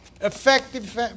effective